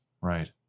right